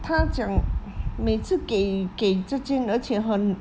他讲每次给给这间而且很